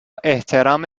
احترام